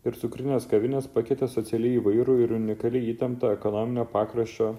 ir cukrinės kavinės pakeitė socialiai įvairų ir unikali įtempto ekonominio pakraščio